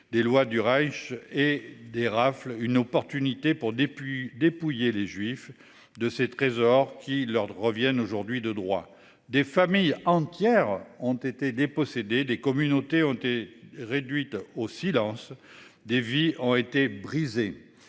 des lois du Reich et des rafles une opportunité pour des plus dépouiller les juifs de ses trésors qui leur reviennent aujourd'hui de droit des familles entières ont été dépossédés des communautés ont été réduites au silence des vies ont été brisées.